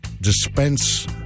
dispense